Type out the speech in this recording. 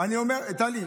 טלי,